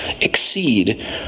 exceed